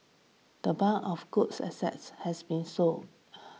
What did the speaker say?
the bulk of good assets have been sold